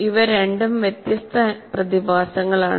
ഇവ രണ്ടും വ്യത്യസ്ത പ്രതിഭാസങ്ങളാണ്